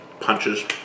punches